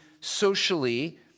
socially